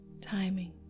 timing